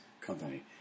company